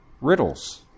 Riddles